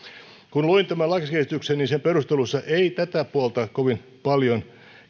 kun luin tämän lakiesityksen niin sen perusteluissa ei tätä puolta kovin paljon